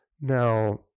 Now